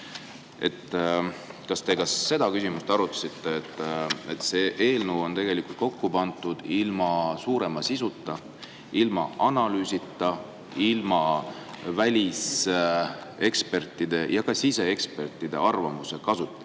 Kas te ka seda küsimust arutasite, et see eelnõu on kokku pandud ilma suurema sisuta, ilma analüüsita, ilma välisekspertide ja ka siseekspertide arvamuse kasutamiseta?